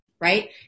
right